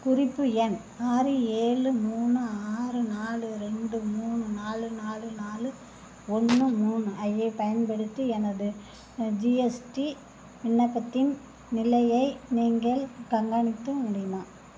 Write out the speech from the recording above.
குறிப்பு எண் ஆறு ஏழு மூணு ஆறு நாலு ரெண்டு மூணு நாலு நாலு நாலு ஒன்று மூணு ஐப் பயன்படுத்தி எனது ஜிஎஸ்டி விண்ணப்பத்தின் நிலையை நீங்கள் கண்காணிக்க முடியுமா